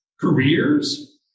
careers